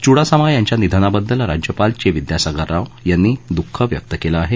चुडासामा यांच्या निधनाबद्दल राज्यपाल चे विद्यासागर राव यांनी द्ःख व्यक्त केलं आहे